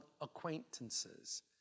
acquaintances